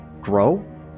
grow